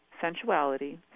sensuality